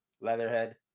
Leatherhead